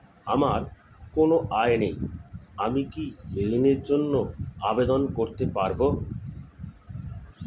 আমার কোনো আয় নেই আমি কি ঋণের জন্য আবেদন করতে পারব?